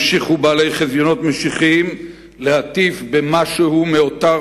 המשיכו בעלי חזיונות משיחיים להטיף במשהו מאותה